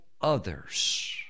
others